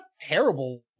terrible